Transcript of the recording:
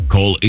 Call